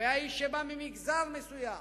הוא היה איש שבא ממגזר מסוים.